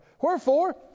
Wherefore